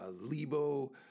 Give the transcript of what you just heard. Lebo